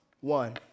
One